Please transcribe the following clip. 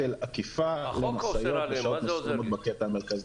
עקיפה למשאיות בשעות מסוימות בקטע המרכזי.